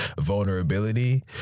vulnerability